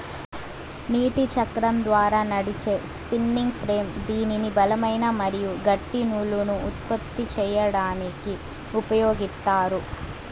నీటి చక్రం ద్వారా నడిచే స్పిన్నింగ్ ఫ్రేమ్ దీనిని బలమైన మరియు గట్టి నూలును ఉత్పత్తి చేయడానికి ఉపయోగిత్తారు